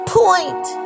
point